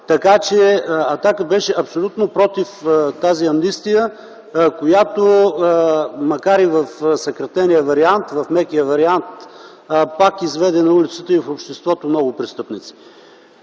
Така че „Атака” беше абсолютно против тази амнистия, която макар и в съкратения, в мекия вариант пак изведе на улицата и в обществото много престъпници.